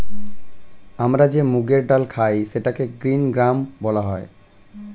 আমরা যে মুগের ডাল খাই সেটাকে গ্রীন গ্রাম বলা হয়